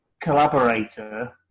collaborator